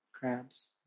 Crabs